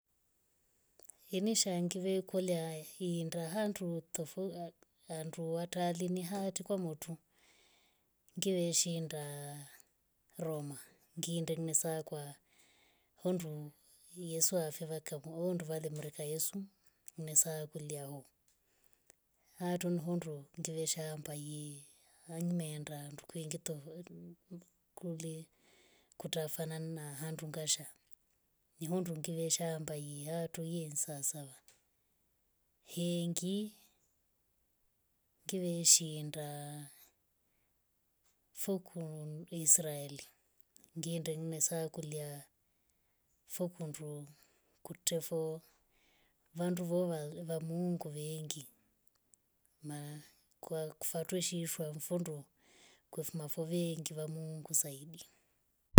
Ini sha ngive kutoya hinda handu tofu aa- haa- handru hata hali ni hayat kwa mouto ngiweshinda roma. ngienda sakwa hondu yesu afevaka mou nduvameraka yesu nesa kulia hoo. hayatun hondo ngive shamba ye. amnyi meenda nduku yengata volu kule kutafanana na handu ngasha. nyahundu ngiveshamba ye hatu ye nsawasawa hengi ngiveshiinda fukun israeli ngeenda nne sokulya fukundu kutye foo vandu vwa mungu vengi na kufwa tweishwa mfondu kwemfuma vainga mungu zaidi